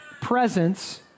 presence